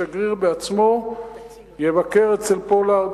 השגריר עצמו יבקר אצל פולארד,